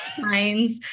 signs